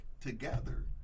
together